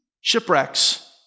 shipwrecks